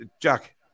Jack